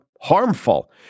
harmful